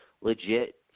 legit